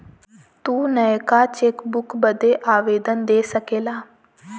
तू नयका चेकबुक बदे आवेदन दे सकेला